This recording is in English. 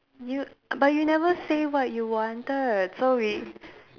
you but you never say what you wanted so we